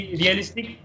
realistic